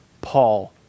Paul